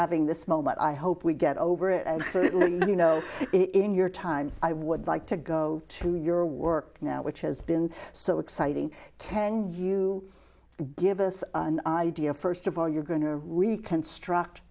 having this moment i hope we get over it and you know it in your time i would like to go to your work now which has been so exciting can you give us an idea first of all you're going to reconstruct